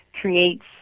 creates